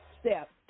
step